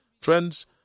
Friends